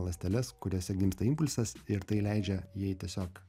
ląsteles kuriose gimsta impulsas ir tai leidžia jai tiesiog